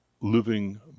living